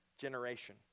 generation